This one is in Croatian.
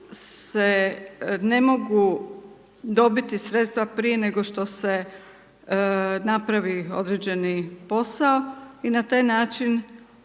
se ne mogu dobiti sredstva, prije nego što se napravi određeni posao i na taj način